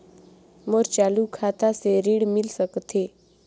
मोर चालू खाता से ऋण मिल सकथे?